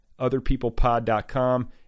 OtherPeoplePod.com